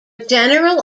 general